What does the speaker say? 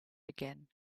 again